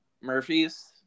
murphy's